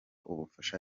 ubufasha